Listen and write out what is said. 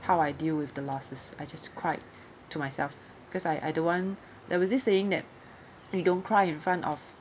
how I deal with the losses I just cried to myself because I I don't want there was this saying that you don't cry in front of